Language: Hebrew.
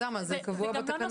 אוסאמה, זה גם קבוע בתקנות.